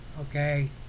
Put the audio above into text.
Okay